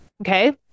Okay